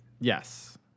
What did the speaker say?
Yes